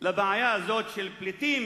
לבעיה הזאת של פליטים